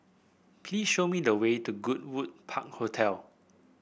please show me the way to Goodwood Park Hotel